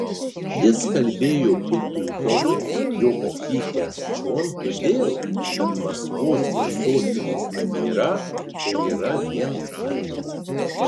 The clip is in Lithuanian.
jis kalbėjo kutuzovui jog atvykęs čion todėl kad maskvos ir sostinės nebėra o yra vien armija